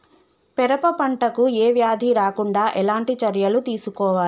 పెరప పంట కు ఏ వ్యాధి రాకుండా ఎలాంటి చర్యలు తీసుకోవాలి?